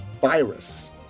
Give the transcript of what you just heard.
virus